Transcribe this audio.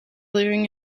living